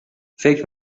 فکر